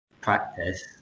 practice